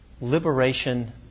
liberation